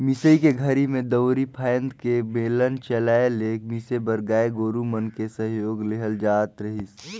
मिसई के घरी में दउंरी फ़ायन्द के बेलन चलाय के मिसे बर गाय गोरु मन के सहयोग लेहल जात रहीस